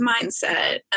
mindset